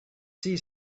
see